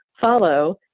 follow